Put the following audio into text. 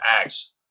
acts